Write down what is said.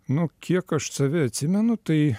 nu kiek aš save atsimenu tai